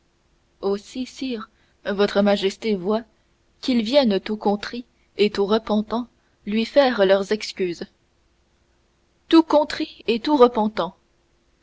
aussi sire votre majesté voit qu'ils viennent tout contrits et tout repentants lui faire leurs excuses tout contrits et tout repentants